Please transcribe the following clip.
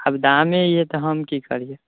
आब दामे ई हय तऽ हम की करबै